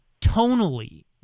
tonally